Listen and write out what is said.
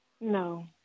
No